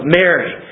Mary